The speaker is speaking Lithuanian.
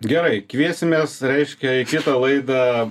gerai kviesimės reiškia į kitą laidą